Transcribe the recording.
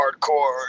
hardcore